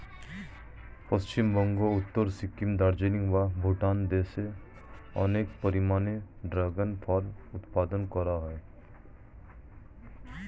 পশ্চিমবঙ্গের উত্তরে সিকিম, দার্জিলিং বা ভুটান দেশে অনেক পরিমাণে ড্রাগন ফল উৎপাদন করা হয়